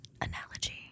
analogy